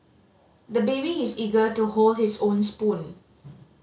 the baby is eager to hold his own spoon